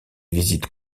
visites